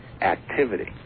activity